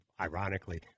ironically